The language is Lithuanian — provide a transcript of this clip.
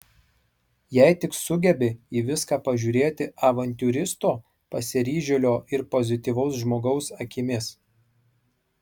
jei tik sugebi į viską pažiūrėti avantiūristo pasiryžėlio ir pozityvaus žmogaus akimis